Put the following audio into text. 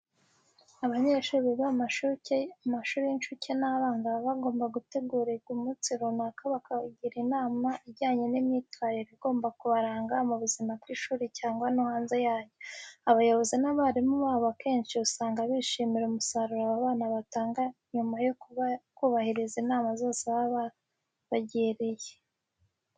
Abanyeshuri biga mu mashuri y'incuke n'abanza baba bagomba gutegurirwa umunsi runaka bakagirwa inama ijyanye n'imyitwarire igomba kubaranga mu buzima bw'ishuri cyangwa no hanze yaryo. Abayobozi n'abarimu babo akenshi usanga bishimira umusaruro aba bana batanga nyuma yo kubahiriza inama zose baba babagiriye.